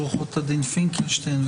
עו"ד פינקלשטיין,